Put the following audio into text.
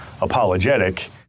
apologetic